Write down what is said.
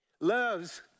Loves